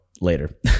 later